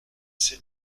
c’est